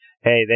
hey